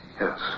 Yes